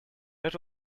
that